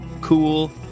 cool